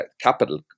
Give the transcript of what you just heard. capital